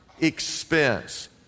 expense